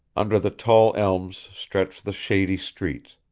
under the tall elms stretch the shady streets,